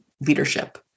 leadership